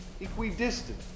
equidistant